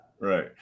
Right